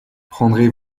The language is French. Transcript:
prendrez